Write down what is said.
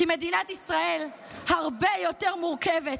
כי מדינת ישראל הרבה יותר מורכבת,